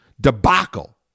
debacle